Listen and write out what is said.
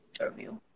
interview